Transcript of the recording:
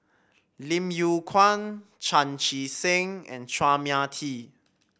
Lim Yew Kuan Chan Chee Seng and Chua Mia Tee